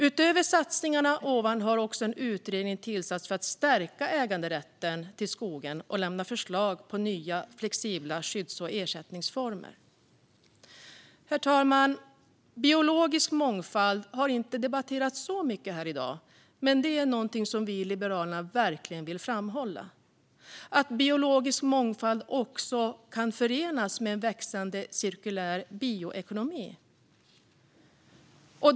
Utöver de nämnda satsningarna har också en utredning tillsatts för att stärka äganderätten till skogen och lämna förslag på nya flexibla skydds och ersättningsformer. Herr talman! Biologisk mångfald har inte debatterats så mycket här i dag. Men någonting som vi i Liberalerna verkligen vill framhålla är att biologisk mångfald också kan förenas med en växande cirkulär bioekonomi.